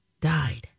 died